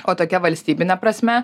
o tokia valstybine prasme